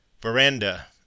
Veranda